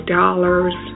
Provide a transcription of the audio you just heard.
dollars